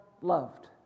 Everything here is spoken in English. loved